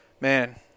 man